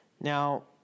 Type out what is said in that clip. Now